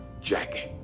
Jackie